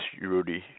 Rudy